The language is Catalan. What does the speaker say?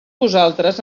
vosaltres